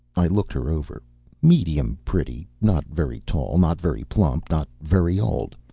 i looked her over medium pretty, not very tall, not very plump, not very old.